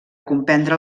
comprendre